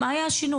מה היה השינוי?